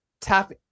tap